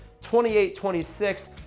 28-26